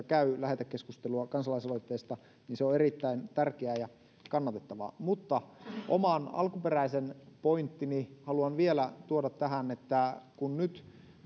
käy lähetekeskustelua kansalaisaloitteesta niin samalla tavalla minusta se on erittäin tärkeää ja kannatettavaa mutta oman alkuperäisen pointtini haluan vielä tuoda tähän kun nyt